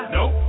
Nope